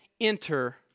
enter